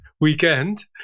weekend